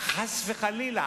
חס וחלילה.